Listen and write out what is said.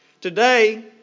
Today